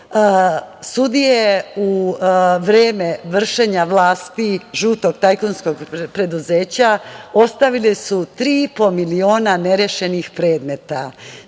u vreme vršenja vlasti žutog tajkunskog preduzeća ostavile su tri i po miliona nerešenih predmeta.